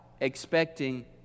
expecting